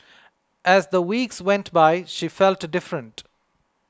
as the weeks went by she felt different